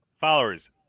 followers